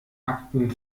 akten